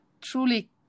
truly